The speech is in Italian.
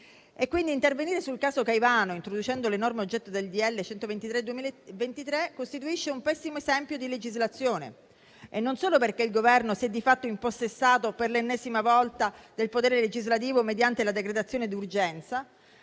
Intervenire sul caso Caivano introducendo le norme oggetto del decreto-legge n. 123 del 2023 costituisce quindi un pessimo esempio di legislazione, non solo perché il Governo si è di fatto impossessato per l'ennesima volta del potere legislativo mediante la decretazione d'urgenza,